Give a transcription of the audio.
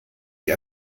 die